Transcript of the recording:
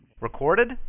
Recorded